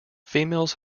females